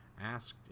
Asked